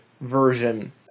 version